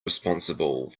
responsible